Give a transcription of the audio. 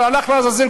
הלכו לעזאזל.